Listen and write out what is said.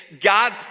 God